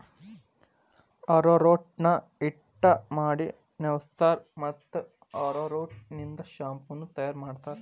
arrowroot ನ ಹಿಟ್ಟ ಮಾಡಿ ಸೇವಸ್ತಾರ, ಮತ್ತ ಅರೋರೂಟ್ ನಿಂದ ಶಾಂಪೂ ನು ತಯಾರ್ ಮಾಡ್ತಾರ